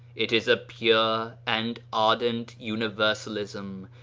it is a pure and ardent universalism,